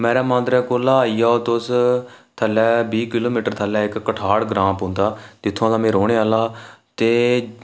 मैरा मांदरा कोला आई जाओ तुस थल्लै बीह् किलोमीटर थल्लै इक कठाड़ ग्रांऽ पौंदा ते इत्थुआं दा में रौह्ने आह्लां ते